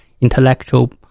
intellectual